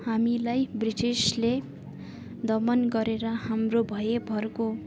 हामीलाई ब्रिटिसले दमन गरेर हाम्रो भएभरको